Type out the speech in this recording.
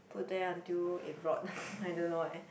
put there until it rot I don't know eh